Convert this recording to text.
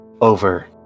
over